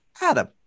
Adam